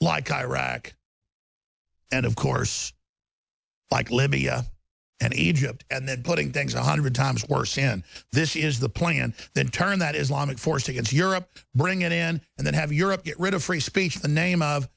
like iraq and of course like libya and egypt and that putting things a hundred times worse in this is the plan then turn that islamic force against europe bring it in and then have europe get rid of free speech in the name of